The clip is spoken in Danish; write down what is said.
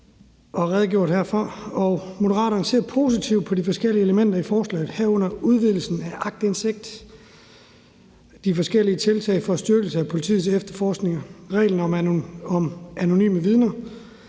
og redegjort for. Moderaterne ser positivt på de forskellige elementer af forslaget, herunder udvidelsen af aktindsigt, de forskellige tiltag for en styrkelse af politiets efterforskninger og reglen om anonyme vidner.